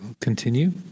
continue